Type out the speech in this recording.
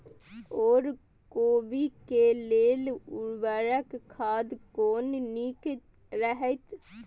ओर कोबी के लेल उर्वरक खाद कोन नीक रहैत?